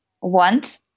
want